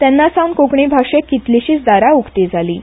तेन्ना सावन कोंकणी भाशेक कितलींशींच दारां उकतीं जालीं